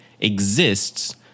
exists